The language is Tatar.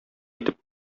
итеп